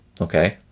Okay